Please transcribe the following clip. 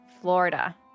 Florida